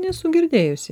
nesu girdėjusi